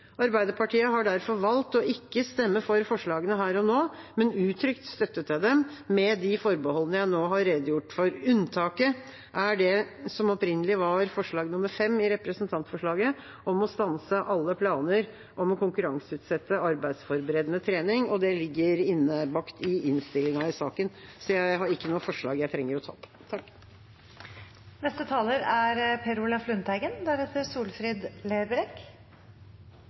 Arbeiderpartiet har derfor valgt å ikke stemme for forslagene her og nå, men har uttrykt støtte til dem med de forbeholdene jeg nå har redegjort for. Unntaket er det som opprinnelig var forslag nr. 5 i representantforslaget, om å stanse alle planer om å konkurranseutsette arbeidsforberedende trening. Det ligger innbakt i innstillinga i saken. Arbeidsmarkedstiltakene er bistand til mennesker. De som driver det, har